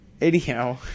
anyhow